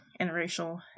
interracial